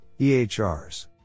ehrs